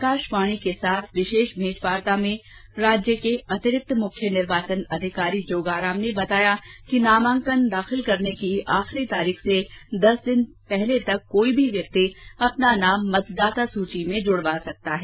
आकाशवाणी के साथ विशेष मेंटवार्ता में राज्य के अतिरिक्त मुख्य निर्वाचन अधिकारी जोगाराम ने बताया कि नामांकन दाखिल करने की अंतिम तिथि से दस दिन पूर्व तक कोई भी व्यक्ति अपना नाम मतदाता सूची में जूड़वा सकता है